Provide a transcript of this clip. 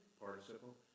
participle